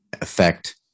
affect